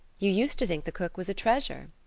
you used to think the cook was a treasure,